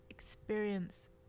experience